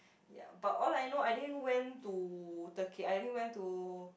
ya but all I know I didn't went to Turkey I only went to